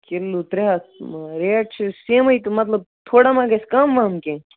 kilo ترٛےٚ ہَتھ rate چھِ سیمٕے تہٕ مطلب تھوڑا مَہ گژھِ کَم وَم کیٚنٛہہ